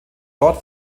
dort